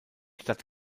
stadt